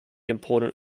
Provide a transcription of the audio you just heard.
important